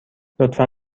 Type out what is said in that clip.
لطفا